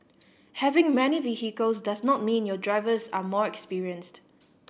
having many vehicles does not mean your drivers are more experienced